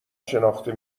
شناخته